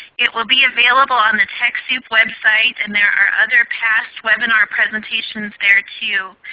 it will be available on the techsoup website. and there are other past webinar presentations there too.